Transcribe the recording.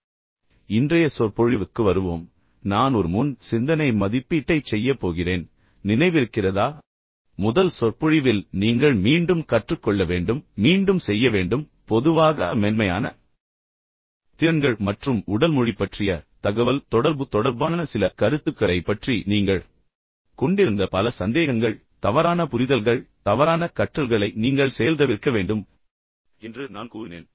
இப்போது இன்றைய சொற்பொழிவுக்கு வருவோம் நான் ஒரு முன் சிந்தனை மதிப்பீட்டைச் செய்யப் போகிறேன் நினைவிருக்கிறதா முதல் சொற்பொழிவில் நீங்கள் மீண்டும் கற்றுக்கொள்ள வேண்டும் நீங்கள் மீண்டும் செய்ய வேண்டும் பொதுவாக மென்மையான திறன்கள் மற்றும் உடல் மொழி பற்றிய தகவல் தொடர்பு தொடர்பான சில கருத்துக்களைப் பற்றி நீங்கள் கொண்டிருந்த பல சந்தேகங்கள் தவறான புரிதல்கள் தவறான கற்றல்களை நீங்கள் செயல்தவிர்க்க வேண்டும் என்று நான் கூறினேன்